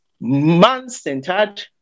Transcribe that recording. man-centered